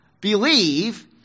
believe